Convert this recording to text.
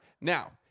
Now